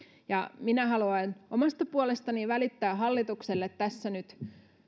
minä haluan omasta puolestani välittää hallitukselle tässä nyt